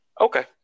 Okay